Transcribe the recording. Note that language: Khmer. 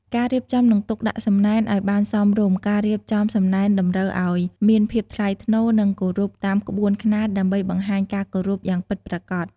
ការរៀបចំ និងទុកដាក់សំណែនឲ្យបានសមរម្យការរៀបចំសំណែនតម្រូវឲ្យមានភាពថ្លៃថ្នូរ និងគោរពតាមក្បួនខ្នាតដើម្បីបង្ហាញការគោរពយ៉ាងពិតប្រាកដ។